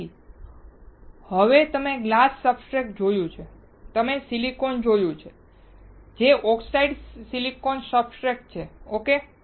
તેથી હવે તમે ગ્લાસ સબસ્ટ્રેટ જોયું છે તમે સિલિકોન જોયું છે જે ઓક્સિડાઇઝ્ડ સિલિકોન સબસ્ટ્રેટ છે ઓકે